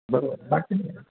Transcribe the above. बरोबर बाकी